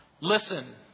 listen